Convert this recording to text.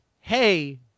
hey